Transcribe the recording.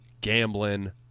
gambling